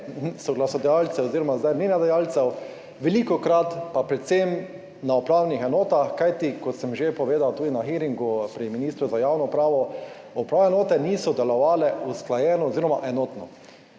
soglasodajalcev oziroma zdaj linodajalcev(?), velikokrat pa predvsem na upravnih enotah, kajti kot sem že povedal tudi na hearingu pri ministru za javno upravo, upravne enote niso delovale usklajeno oziroma enotno.